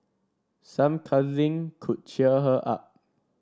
some cuddling could cheer her up